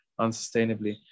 unsustainably